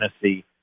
Tennessee